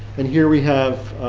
and here we have,